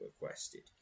requested